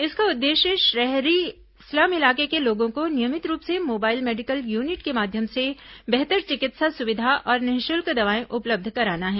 इसका उद्देश्य शहरी स्लम इलाके के लोगों को नियमित रूप से मोबाइल मेडिकल यूनिट के माध्यम से बेहतर चिकित्सा सुविधा और निशुल्क दवाएं उपलब्ध कराना है